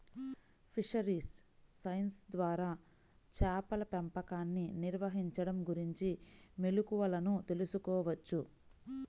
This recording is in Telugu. ఫిషరీస్ సైన్స్ ద్వారా చేపల పెంపకాన్ని నిర్వహించడం గురించిన మెళుకువలను తెల్సుకోవచ్చు